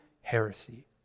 heresy